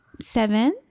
Seven